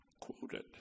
quoted